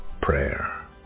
Prayer